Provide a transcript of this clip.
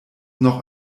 noch